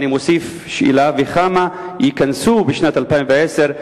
5. אני מוסיף שאלה, וכמה ייכנסו בשנת 2010,